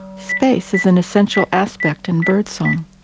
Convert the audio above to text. space is an essential aspect in birdsong.